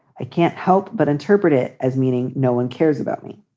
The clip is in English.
i can't help but interpret it as meaning no one cares about me.